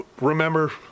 remember